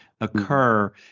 occur